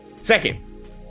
second